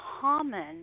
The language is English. common